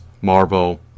Marvel